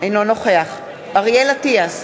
אינו נוכח אריאל אטיאס,